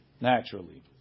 naturally